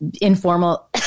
informal